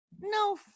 No